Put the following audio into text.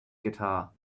guitar